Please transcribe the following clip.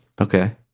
Okay